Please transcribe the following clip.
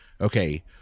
okay